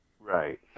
Right